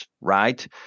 right